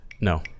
No